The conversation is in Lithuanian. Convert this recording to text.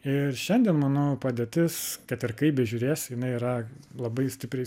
ir šiandien manau padėtis kad ir kaip bežiūrėsi jinai yra labai stipriai